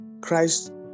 Christ